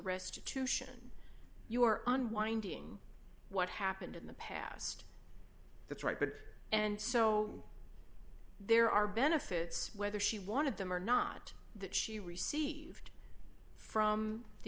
restitution you are on winding what happened in the past that's right but and so there are benefits whether she wanted them or not that she received from the